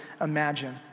imagine